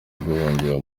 guhungira